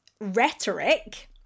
rhetoric